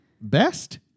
Best